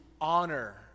honor